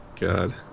God